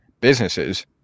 businesses